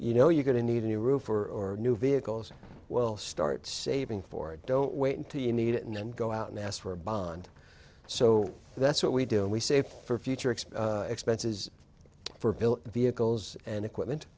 you know you're going to need a new roof or new vehicles well start saving for it don't wait until you need it and then go out and ask for a bond so that's what we do and we save for future expense expenses for built in vehicles and equipment